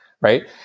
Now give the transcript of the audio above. Right